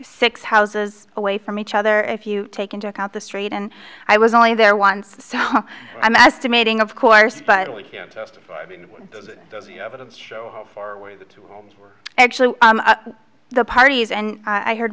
six houses away from each other if you take into account the street and i was only there once so i'm estimating of course but just actually the parties and i heard